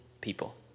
people